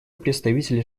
представителя